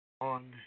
on